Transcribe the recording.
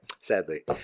sadly